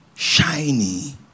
Shiny